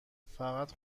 فقط